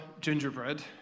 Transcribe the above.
gingerbread